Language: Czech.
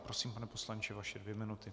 Prosím, pane poslanče, vaše dvě minuty.